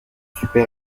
super